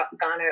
Ghana